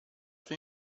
sua